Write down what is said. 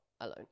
alone